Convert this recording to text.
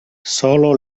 solo